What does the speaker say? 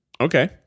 okay